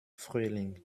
frühling